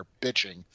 bitching